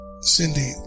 Cindy